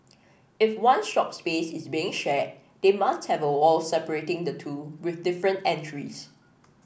if one shop space is being shared they must have a wall separating the two with different entries